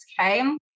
okay